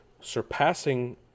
surpassing